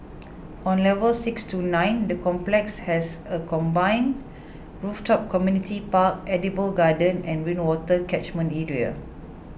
on levels six to nine the complex has a combined rooftop community park edible garden and rainwater catchment area